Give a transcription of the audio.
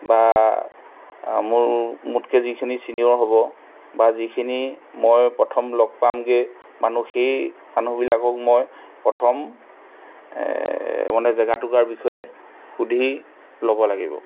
বা মোৰ মোতকৈ যিখিনি চিনিয়ৰ হ'ব বা যিখিনি মই প্ৰথম লগ পামগৈ মানুহ সেই মানুহবিলাকক মই প্ৰথম মানে জেগা টুকুৰাৰ বিষয়ে সুধি ল'ব লাগিব